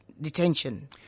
detention